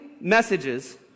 messages